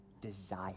desire